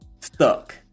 Stuck